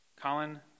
Colin